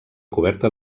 coberta